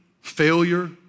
failure